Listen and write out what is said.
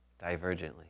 divergently